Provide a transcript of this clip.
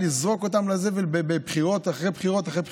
לזרוק אותם לזבל בבחירות אחרי בחירות אחרי בחירות,